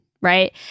right